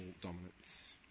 dominance